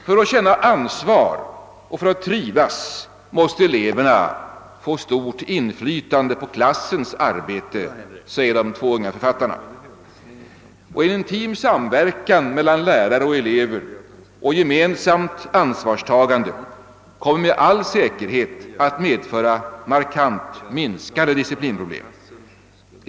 För att känna ansvar och för att trivas måste eleverna få stort inflytande på klassens arbete, säger de två unga författarna. Intim samverkan mellan lärare och elever och gemensamt ansvarstagande kommer med all säkerhet att medföra markant minskade disciplinproblem.